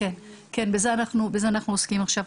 כן, בזה אנחנו עוסקים עכשיו.